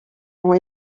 ont